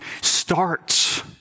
starts